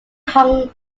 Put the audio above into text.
hung